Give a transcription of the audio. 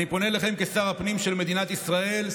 אני פונה אליכם כשר הפנים של מדינת ישראל,